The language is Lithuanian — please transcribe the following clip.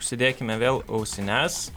užsidėkime vėl ausines